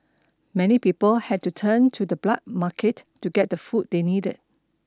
many people had to turn to the black market to get the food they needed